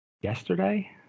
yesterday